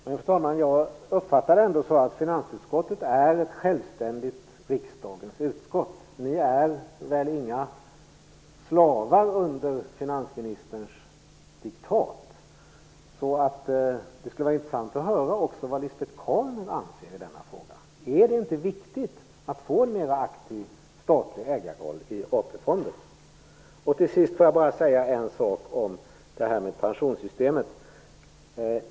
Fru talman! Jag uppfattar det ändå så att finansutskottet är ett självständigt riksdagens utskott, och ingen slav under finansministerns diktat. Det skulle vara intressant att höra vad Lisbet Calner anser i denna fråga. Är det inte viktigt att få en mer aktiv statlig ägarroll i AP-fonden? Till sist skall jag bara säga något om pensionssystemet.